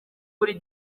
buri